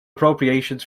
appropriations